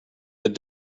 but